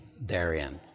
therein